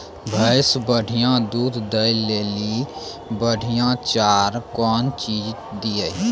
भैंस बढ़िया दूध दऽ ले ली बढ़िया चार कौन चीज दिए?